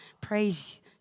praise